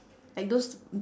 like those mm